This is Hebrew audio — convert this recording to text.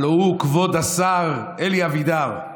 הלוא הוא כבוד השר אלי אבידר,